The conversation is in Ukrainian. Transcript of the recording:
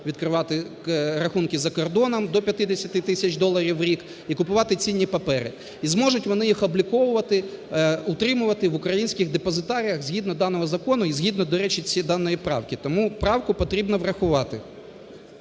відкривати рахунки за кордоном, до 50 тисяч доларів в рік, і купувати цінні папери. І зможуть вони їх обліковувати, утримувати в українських депозитаріях згідно даного закону і згідно, до речі, даної правки. Тому правку потрібно врахувати.